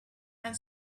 and